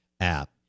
app